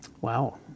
Wow